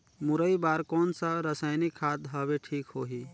मुरई बार कोन सा रसायनिक खाद हवे ठीक होही?